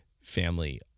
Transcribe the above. family